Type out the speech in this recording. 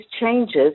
changes